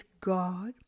God